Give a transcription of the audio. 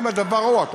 מה עם הדבר ההוא?